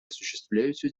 осуществляются